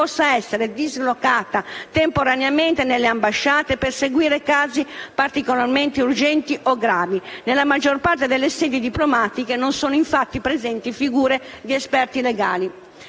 possa essere dislocata temporaneamente nelle ambasciate per seguire casi particolarmente urgenti o gravi. Nella maggior parte delle sedi diplomatiche non sono infatti presenti figure di esperti legali.